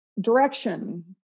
direction